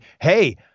hey